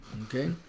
okay